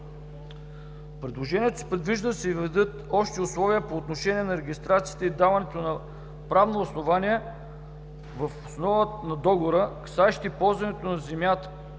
предложението се предвижда да се въведат общи условия по отношение регистрацията и даването на правно основание въз основа на договори, касаещи ползването на земята,